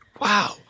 Wow